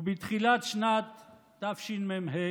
ובתחילת שנת תשמ"ה,